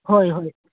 ꯍꯣꯏ ꯍꯣꯏ